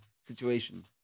situation